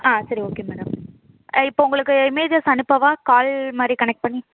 ஆ சரி okay madam இப்போ உங்களுக்கு இமேஜஸ் அனுப்பவா கால் மாதிரி கனெக்ட் பண்ணி